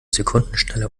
sekundenschnelle